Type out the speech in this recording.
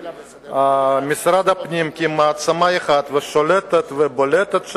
משרד הפנים כמעצמה אחת שולטת ובולטת,